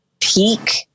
peak